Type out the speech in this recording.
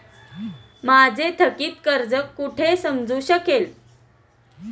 माझे थकीत कर्ज कुठे समजू शकेल?